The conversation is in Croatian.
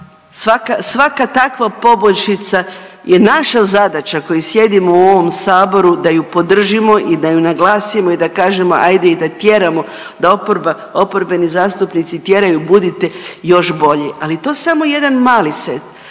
svaka takva poboljšica je naša zadaća koji sjedimo u ovom saboru da ju podržimo i da ju naglasimo i da kažemo ajde i da tjeramo da oporba, oporbeni zastupnici tjeraju budite još bolji, ali to je samo jedan mali set,